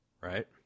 Right